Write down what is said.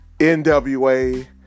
NWA